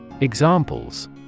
Examples